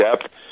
depth